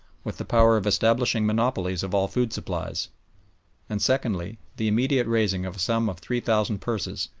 with the power of establishing monopolies of all food supplies and secondly, the immediate raising of a sum of three thousand purses,